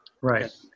Right